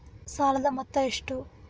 ಸಾಲದ ಮೊತ್ತ ಎಷ್ಟು?